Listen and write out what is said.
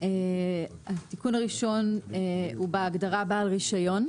התיקון הראשון הוא בהגדרה "בעל רישיון".